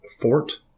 fort